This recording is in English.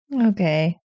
Okay